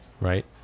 right